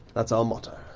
that's our motto.